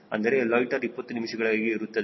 ಅಂದರೆ ಲೊಯ್ಟ್ಟೆರ್ 20 ನಿಮಿಷಗಳಿಗಾಗಿ ಇರುತ್ತದೆ